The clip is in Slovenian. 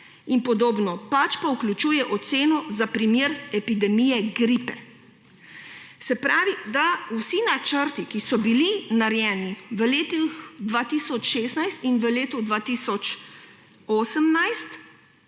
in podobno, pač pa vključuje oceno za primer epidemije gripe.« Se pravi, da vsi načrti, ki so bili narejeni v letu 2016 in v letu 2018,